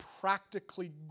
practically